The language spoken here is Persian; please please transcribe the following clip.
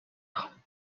خوام